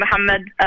Mohammed